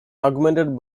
augmented